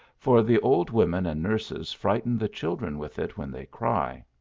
for the old women and nurses frighten the children with it when they cry.